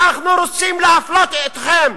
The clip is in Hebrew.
אנחנו רוצים להפלות אתכם,